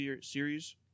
series